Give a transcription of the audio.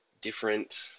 different